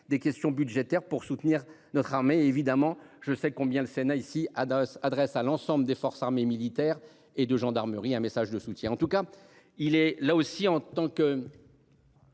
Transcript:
des questions budgétaires pour soutenir notre armée évidemment je sais combien le Sénat ici dos s'adresse à l'ensemble des forces armées militaires et de gendarmerie, un message de soutien en tout cas il est là aussi en tant que.